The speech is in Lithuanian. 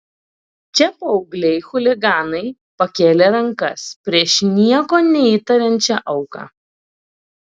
čia paaugliai chuliganai pakėlė rankas prieš nieko neįtariančią auką